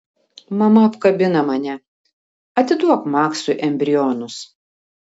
mama apkabina mane atiduok maksui embrionus